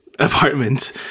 apartment